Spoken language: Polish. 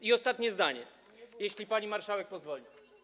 I ostatnie zdanie, jeśli pani marszałek pozwoli.